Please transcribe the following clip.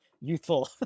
youthful